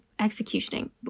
executioning